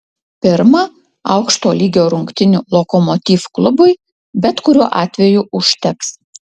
pirma aukšto lygio rungtynių lokomotiv klubui bet kuriuo atveju užteks